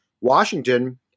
Washington